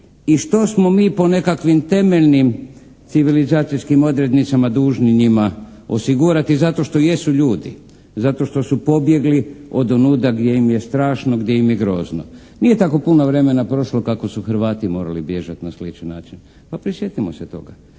I što smo mi po nekakvim temeljnim civilizacijskim odrednicama dužni njima osigurati zato što jesu ljudi, zato što su pobjegli od onuda gdje im je strašno, gdje im je grozno. Nije tako puno vremena prošlo kako su Hrvati morali bježati na sličan način. Pa prisjetimo se toga.